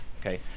Okay